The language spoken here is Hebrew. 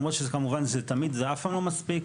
למרות שכמובן זה אף פעם לא מספיק,